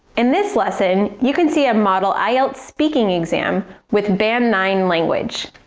in this lesson, you can see a model ielts speaking exam with band nine language.